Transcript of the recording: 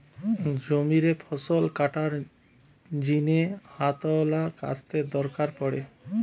জমিরে ফসল কাটার জিনে হাতওয়ালা কাস্তের দরকার পড়ে